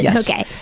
yeah okay.